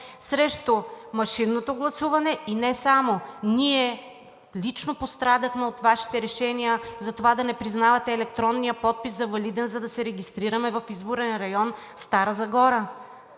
срещу машинното гласуване. И не само! Ние лично пострадахме от Вашите решения за това да не признавате електронния подпис за валиден, за да се регистрираме в изборен район Стара Загора.